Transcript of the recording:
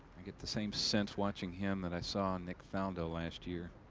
get the same sense watching him that i saw nick faldo last year.